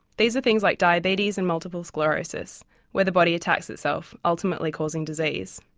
these are things like diabetes and multiple sclerosis where the body attacks itself, ultimately causing disease.